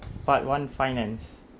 part one finance